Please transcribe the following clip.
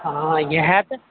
हँ इएह तऽ